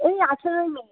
এই আঠারোই মে